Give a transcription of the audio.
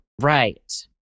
Right